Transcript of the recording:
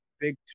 big